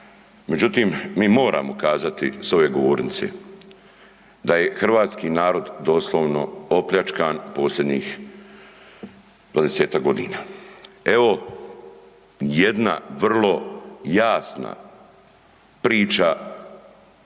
međutim mi moramo kazati s ove govornice da je hrvatski narod doslovno opljačkan posljednjih 20-tak godina. Evo jadna vrlo jasna priča